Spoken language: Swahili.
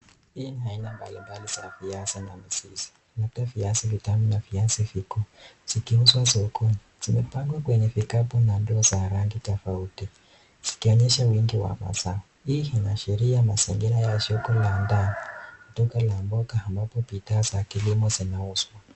Hii ni aina mbalimbali za viazi na mizizi. Labda viazi vitamu na viazi viku. Zikiuzwa sokoni. Zimepangwa kwenye vikapu na ndoo za rangi tofauti, zikionyesha wingi wa mazao. Hii inaashiria mazingira ya shughuli ndani ya duka la mboga ambapo bidhaa za kilimo zinauzwa.